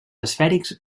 esfèrics